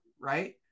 right